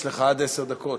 יש לך עד עשר דקות,